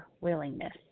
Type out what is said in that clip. willingness